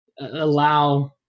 allow –